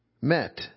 met